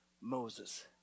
Moses